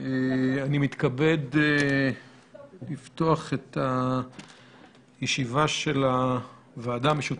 אני מתכבד לפתוח את הישיבה של הוועדה המשותפת,